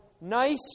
nice